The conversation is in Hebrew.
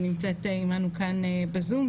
שנמצאת עמנו כאן בזום,